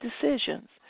decisions